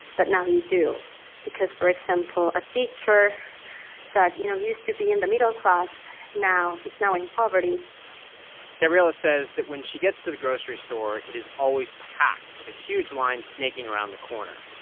but now you do because, for example, a teacher that, you know, used to be in the middle class now is now in poverty gabriela says that when she gets to the grocery store, it is always packed, with a huge line snaking around the corner.